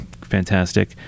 fantastic